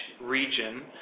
region